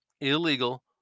illegal